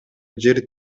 жер